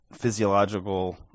physiological